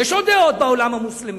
יש עוד דעות בעולם המוסלמי.